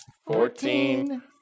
fourteen